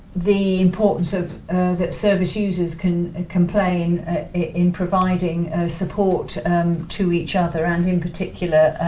the importance that service users can ah can play in in providing support to each other and in particular,